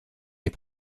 est